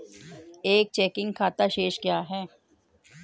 एक चेकिंग खाता शेष क्या है?